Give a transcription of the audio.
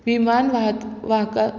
विमान वाह वाका